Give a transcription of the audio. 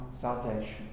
salvation